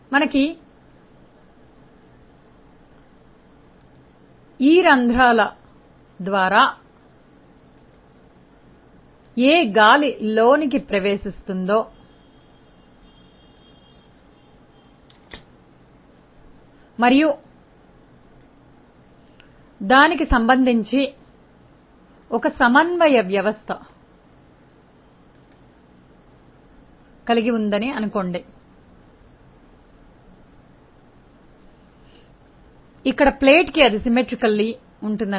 మేము ఈ రంధ్రాల ద్వారా ఏ గాలిలోకి ప్రవేశిస్తుందో మరియు దానికి సంబంధించి ఒక సమన్వయ వ్యవస్థను కలిగి ఉంది అనుకోండి ఇక్కడ ప్లేట్ కి అది అనురుపంగా ఉంటుంది